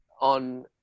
on